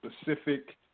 specific